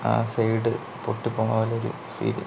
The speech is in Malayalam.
ആ സൈഡ് പൊട്ടിപ്പോകുന്ന പോലെ ഒരു ഫീല്